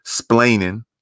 splaining